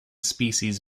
species